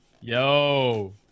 Yo